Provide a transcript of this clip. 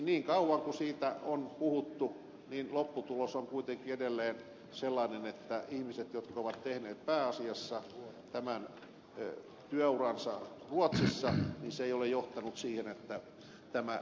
niin kauan kuin siitä on puhuttu lopputulos on kuitenkin edelleen sellainen että niiden ihmisten jotka ovat tehneet pääasiassa työuransa ruotsissa verotus ei ole oikeudenmukainen